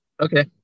Okay